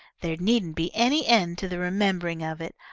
there needn't be any end to the remembering of it.